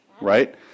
right